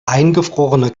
eingefrorene